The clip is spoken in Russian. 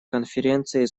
конференции